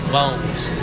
bones